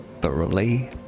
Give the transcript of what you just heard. thoroughly